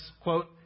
quote